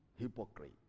Hypocrite